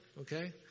okay